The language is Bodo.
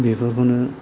बेफोरखौनो